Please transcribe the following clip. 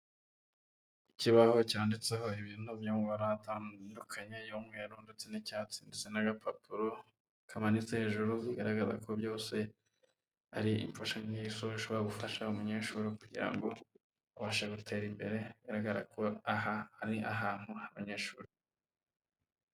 Ikibaho cyanditseho ibintu byo mu mabara atandukanye y'umweru ndetse n'icyatsi ndetse n'agapapuro kamanitse hejuru bigaragaza ko byose ari imfashanyigisho zishobora gufasha umunyeshuri kugirango ngo abashe gutera imbere bigaragara ko aha ari ahantu abanyeshuri.